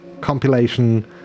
compilation